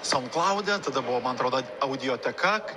saund klaude tada buvo man atrodo audioteka